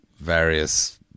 various